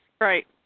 Right